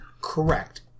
Correct